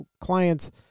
clients